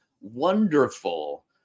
wonderful